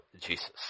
Jesus